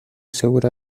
segura